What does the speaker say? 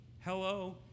Hello